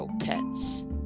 pets